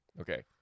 Okay